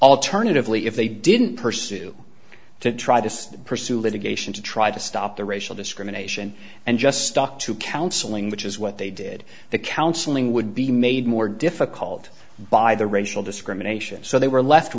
alternatively if they didn't pursue to try to pursue litigation to try to stop the racial discrimination and just stuck to counseling which is what they did the counseling would be made more difficult by the racial discrimination so they were left